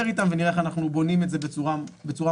איתם ונראה איך אנחנו בונים את זה בצורה מוצלחת,